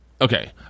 Okay